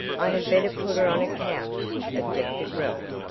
i had better put her on a couch, objected ralph,